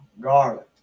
garlic